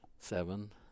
Seven